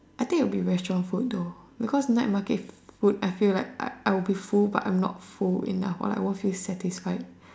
I think it will be restaurant food though because night market food I feel like I I will be full but I'm not full enough or I won't feel satisfied